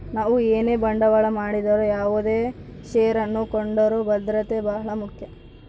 ನಾವು ಏನೇ ಬಂಡವಾಳ ಮಾಡಿದರು ಯಾವುದೇ ಷೇರನ್ನು ಕೊಂಡರೂ ಭದ್ರತೆ ಬಹಳ ಮುಖ್ಯ